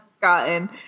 Gotten